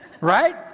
Right